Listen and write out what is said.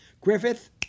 Griffith